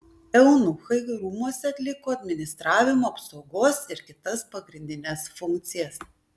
eunuchai rūmuose atliko administravimo apsaugos ir kitas pagrindines funkcijas